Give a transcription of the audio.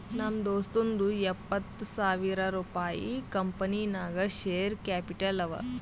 ನಮ್ ದೋಸ್ತುಂದೂ ಎಪ್ಪತ್ತ್ ಸಾವಿರ ರುಪಾಯಿ ಕಂಪನಿ ನಾಗ್ ಶೇರ್ ಕ್ಯಾಪಿಟಲ್ ಅವ